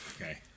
Okay